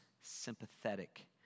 sympathetic